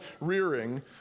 rearing